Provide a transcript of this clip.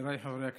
חבריי חברי הכנסת,